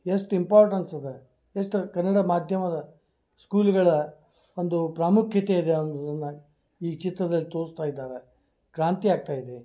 ಎಷ್ಟು ಇಂಪಾರ್ಟೆನ್ಸ್ ಅದು ಎಷ್ಟು ಕನ್ನಡ ಮಾಧ್ಯಮದ ಸ್ಕೂಲ್ಗಳ ಒಂದು ಪ್ರಾಮುಖ್ಯತೆ ಇದೆ ಅನ್ನೋದನ್ನ ಈ ಚಿತ್ರದಲ್ಲಿ ತೋರಿಸ್ತಾಯಿದ್ದಾವೆ ಕ್ರಾಂತಿ ಆಗ್ತಾಯಿದೆ